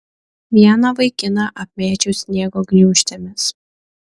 vieną vaikiną apmėčiau sniego gniūžtėmis